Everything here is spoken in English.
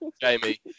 Jamie